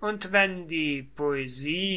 und wenn die poesie